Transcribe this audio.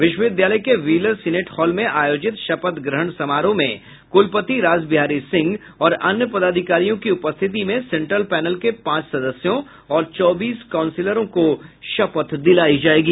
विश्वविद्यालय के Wheeler senate hall में आयोजित शपथ ग्रहण समारोह में कुलपति रास बिहारी सिंह और अन्य पदाधिकारियों की उपस्थिति में सेंट्रल पैनल के पांच सदस्यों और चौबीस काउंसलरों को शपथ दिलायी जायेगी